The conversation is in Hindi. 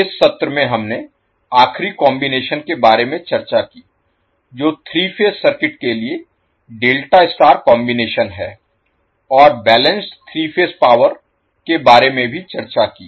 इस सत्र में हमने आखरी कॉम्बिनेशन के बारे में चर्चा की जो 3 फेज सर्किट के लिए डेल्टा स्टार कॉम्बिनेशन है और बैलेंस्ड 3 फेज पावर के बारे में भी चर्चा की